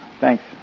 Thanks